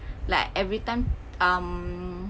like every time um